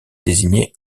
désigné